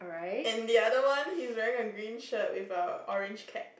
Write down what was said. and the other one he's wearing a green shirt with a orange cap